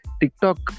TikTok